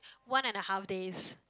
one and a half days